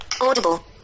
audible